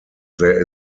there